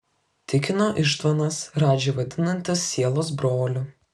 tikino ištvanas radžį vadinantis sielos broliu